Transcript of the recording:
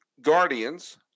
Guardians